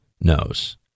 knows